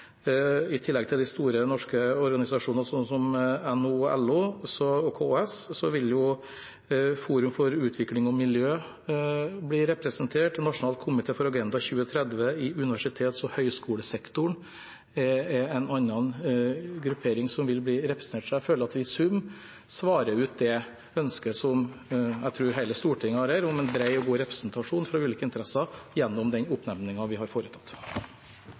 i tillegg til de store norske organisasjonene, som NHO, LO og KS, vil Forum for utvikling og miljø bli representert. Nasjonal komité for Agenda 2030 i universitets- og høgskolesektoren er en annen gruppe som vil bli representert. Så i sum føler jeg at vi svarer ut det ønsket som jeg tror hele Stortinget har, om en bred og god representasjon for ulike interesser gjennom den oppnevningen vi har foretatt.